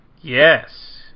Yes